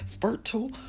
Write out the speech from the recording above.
fertile